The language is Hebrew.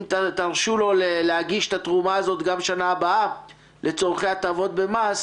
אם תרשו לו להגיש את התרומה הזאת גם בשנה הבאה לצורך הטבות במס,